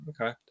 Okay